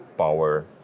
Power